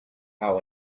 how